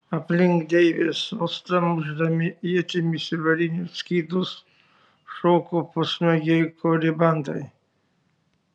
aplink deivės sostą mušdami ietimis į varinius skydus šoko pusnuogiai koribantai